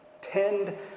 Tend